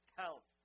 count